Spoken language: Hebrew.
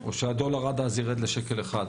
או שהדולר יירד עד אז לשקל אחד?